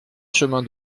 chemin